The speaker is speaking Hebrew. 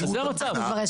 שבו מול האוצר.